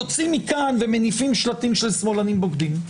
יוצאים מכאן ומניפים שלטים של שמאלנים בוגדים.